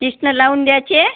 तीसनं लावून द्यायचे